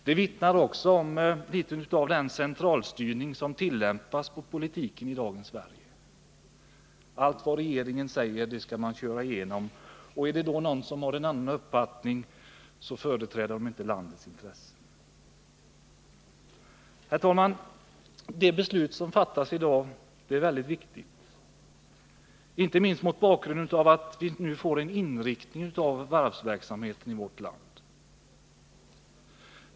Det vittnar också litet om den centralstyrning som tillämpas i politiken i dagens Sverige. Allt vad regeringen säger skall man köra igenom. Är det någon som har en annan uppfattning företräder han inte landets intressen. Herr talman! Det beslut som skall fattas i dag är mycket viktigt, inte minst mot bakgrund av att vi nu får en inriktning av varvsverksamheten i vårt land.